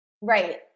Right